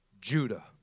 Judah